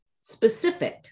Specific